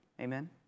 Amen